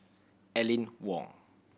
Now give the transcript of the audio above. Aline Wong